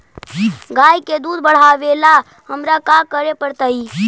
गाय के दुध बढ़ावेला हमरा का करे पड़तई?